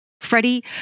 Freddie